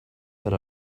set